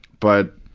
but